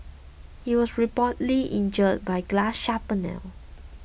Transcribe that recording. he was reportedly injured by glass shrapnel